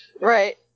right